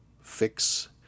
fix